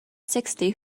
sixty